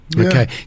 okay